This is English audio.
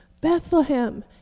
Bethlehem